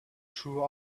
true